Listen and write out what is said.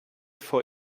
vor